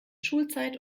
schulzeit